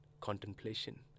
contemplation